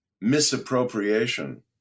misappropriation